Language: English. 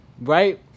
right